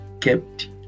kept